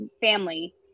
family